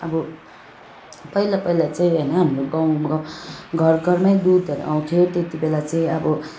आबो पहिला पहिला चाहिँ होइन हाम्रो गाउँ घर घरमै दुधहरू आउँथ्यो त्यतिबेला चाहिँ अब